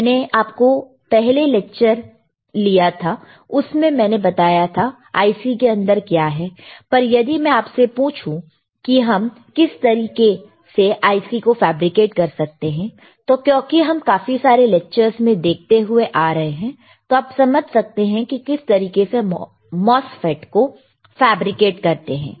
मैंने आपका पहला लेक्चर लिया था उसमें मैंने बताया था IC के अंदर क्या है पर यदि मैं आपसे पूछूं कि हम किस तरीके IC को फैब्रिकेट कर सकते हैं तो क्योंकि हम काफी सारे लेक्चरर्स में देखते हुए आ रहे हैं तो आप समझ सकते हैं कि किस तरीके से MOSFET को फैब्रिकेट करते हैं